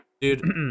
Dude